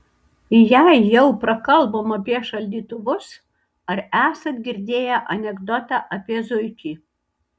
jei jau prakalbom apie šaldytuvus ar esat girdėję anekdotą apie zuikį